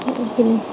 এইখিনিয়েই